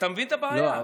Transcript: אתה מבין את הבעיה?